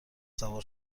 سوار